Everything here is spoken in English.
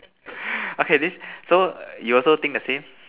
okay this so you also think the same